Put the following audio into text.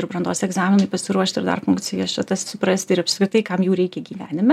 ir brandos egzaminui pasiruošti ir dar funkcijas čia tas suprasti ir apskritai kam jų reikia gyvenime